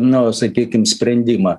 na sakykim sprendimą